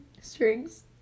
Strings